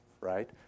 Right